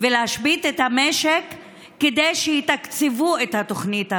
ולהשבית את המשק כדי שיתקצבו את התוכנית הזאת.